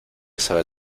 sabe